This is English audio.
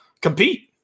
compete